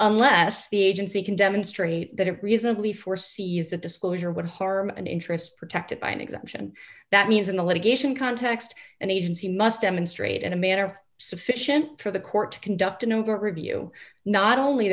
unless the agency can demonstrate that it reasonably foresee use that disclosure would harm an interest protected by an exemption that means in the litigation context an agency must demonstrate in a manner sufficient for the court to conduct a new court review not only